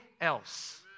else